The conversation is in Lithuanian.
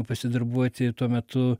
pasidarbuoti tuo metu